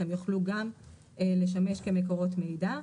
הם יוכלו גם לשמש כמקורות מידע.